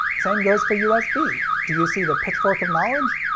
same goes for usb. do you see the pitchfork of knowledge?